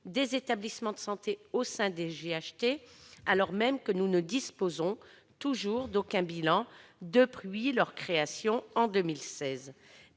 des établissements de santé au sein des GHT, alors même que nous ne disposons toujours d'aucun bilan, depuis leur création en 2016